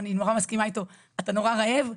ואני נורא מסכימה איתו, אתה נורא רעב?